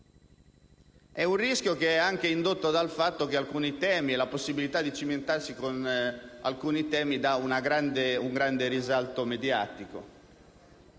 È un rischio che è anche indotto dal fatto che la possibilità di cimentarsi con alcuni temi dà un grande risalto mediatico.